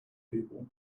people